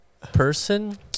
person